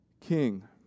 king